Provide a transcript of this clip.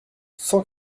cent